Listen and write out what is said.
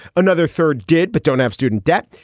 another third did, but don't have student debt.